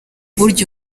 burya